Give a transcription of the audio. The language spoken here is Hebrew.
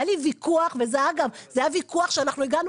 והיה לי ויכוח וזה היה ויכוח שאנחנו הגענו